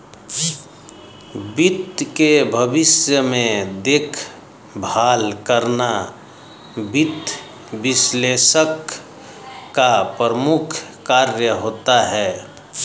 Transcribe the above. वित्त के भविष्य में देखभाल करना वित्त विश्लेषक का मुख्य कार्य होता है